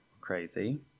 crazy